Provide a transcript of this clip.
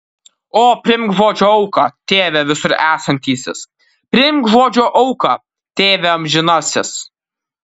o priimk žodžio auką tėve visur esantysis priimk žodžio auką tėve amžinasis